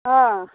অ